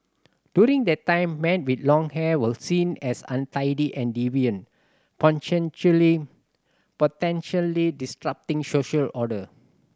during that time men with long hair were seen as untidy and deviant potentially disrupting social order